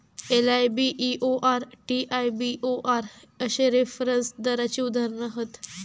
LIBOR, TIBOR अश्ये reference दराची उदाहरणा हत